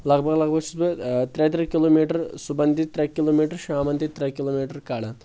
لگ بگ لگ بگ چھُس بہٕ ترٛےٚ ترٛےٚ کِلو میٹر صبحن تہِ ترٛےٚ کِلو میٹر شامن تہِ ترٛےٚ کِلو میٹر کڈان